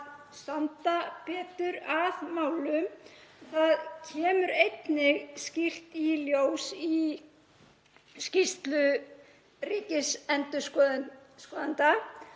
standa betur að málum. Það kemur einnig skýrt í ljós í skýrslu ríkisendurskoðanda